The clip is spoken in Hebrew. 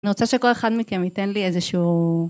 אני רוצה שכל אחד מכם ייתן לי איזשהו